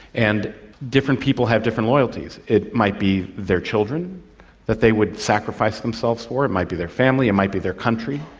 and different people have different loyalties. it might be their children that they would sacrifice themselves for, it might be their family, it might be their country,